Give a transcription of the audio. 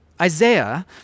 Isaiah